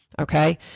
Okay